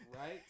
right